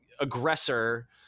aggressor